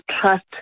trust